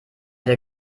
der